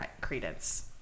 credence